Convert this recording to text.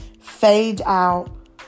fade-out